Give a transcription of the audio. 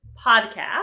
Podcast